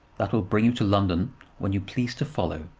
that will bring you to london when you please to follow.